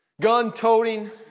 gun-toting